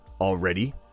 already